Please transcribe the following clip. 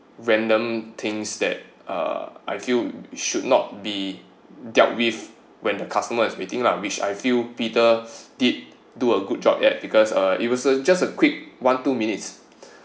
random things that uh I feel should not be dealt with when the customer is waiting lah which I feel peter did do a good job eh because it was just a quick one two minutes